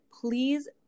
please